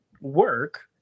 work